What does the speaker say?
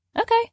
Okay